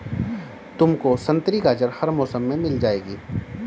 तुमको संतरी गाजर हर मौसम में मिल जाएगी